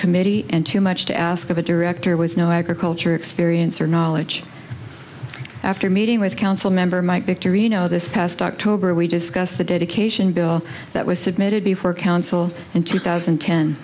committee and too much to ask of a director with no agriculture experience or knowledge after meeting with council member might victory you know this past october we discussed the dedication bill that was submitted before council in two thousand